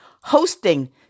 hosting